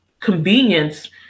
convenience